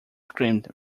screamed